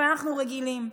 אבל אנחנו רגילים,